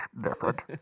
different